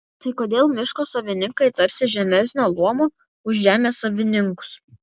tai kodėl miško savininkai tarsi žemesnio luomo už žemės savininkus